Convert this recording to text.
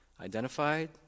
identified